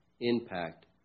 impact